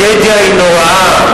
הטרגדיה היא נוראה,